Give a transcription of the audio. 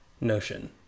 Notion